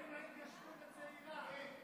מה עם ההתיישבות הצעירה?